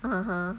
(uh huh)